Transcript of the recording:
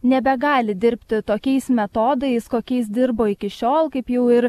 nebegali dirbti tokiais metodais kokiais dirbo iki šiol kaip jau ir